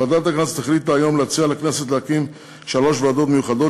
ועדת הכנסת החליטה היום להציע לכנסת להקים שלוש ועדות מיוחדות,